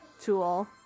tool